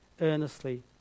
earnestly